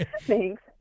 Thanks